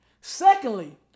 Secondly